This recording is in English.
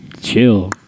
Chill